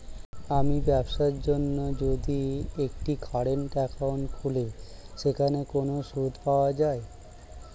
আমি ব্যবসার জন্য যদি একটি কারেন্ট একাউন্ট খুলি সেখানে কোনো সুদ পাওয়া যায়?